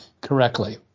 correctly